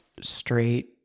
straight